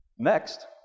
Next